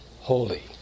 holy